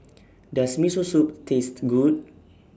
Does Miso Soup Taste Good